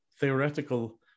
theoretical